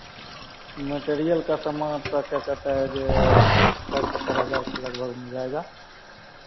material का सामान आपका क्या कहता है जे साठ सत्तर हज़ार के लगभग मिल जाएगा